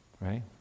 Right